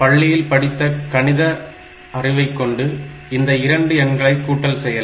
பள்ளியில் படித்த கணித அறிவைக்கொண்டு இந்த 2 எண்களை கூட்டல் செய்யலாம்